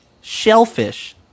shellfish